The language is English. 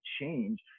change